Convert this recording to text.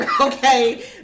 okay